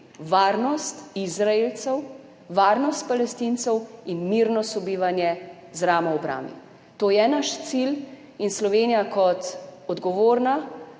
varnost Izraelcev, varnost Palestincev in mirno sobivanje z ramo ob rami. To je naš cilj in Slovenija kot odgovorna